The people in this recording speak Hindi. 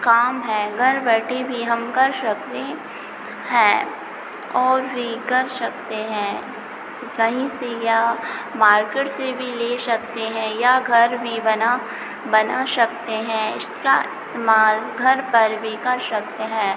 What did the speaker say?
काम है घर बैठे भी हम कर सकते हैं और भी कर सकते हैं कहीं से या मार्केट से भी ले सकते हैं या घर भी बना बना सकते हैं इसका इस्तेमाल घर पर भी कर सकते हैं